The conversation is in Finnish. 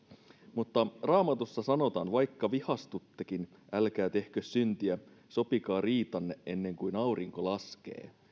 mutta raamatussa sanotaan vaikka vihastuttekin älkää tehkö syntiä sopikaa riitanne ennen kuin aurinko laskee